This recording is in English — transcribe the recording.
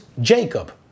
Jacob